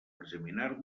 examinar